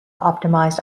optimised